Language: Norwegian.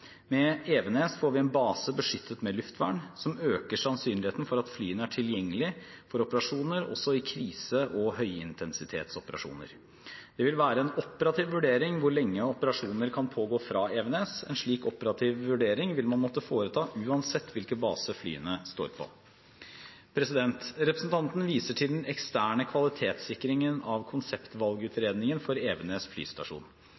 Med Evenes får vi en base beskyttet med luftvern, som øker sannsynligheten for at flyene er tilgjengelig for operasjoner også i krise og høyintensitetsoperasjoner. Det vil være en operativ vurdering hvor lenge operasjoner kan pågå fra Evenes. En slik operativ vurdering vil man måtte foreta uansett hvilken base flyene står på. Representanten viser til den eksterne kvalitetssikringen av konseptvalgutredningen for Evenes flystasjon.